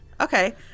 Okay